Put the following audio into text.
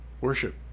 worship